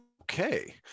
Okay